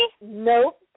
Nope